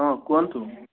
ହଁ କୁହନ୍ତୁ